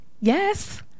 Yes